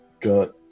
got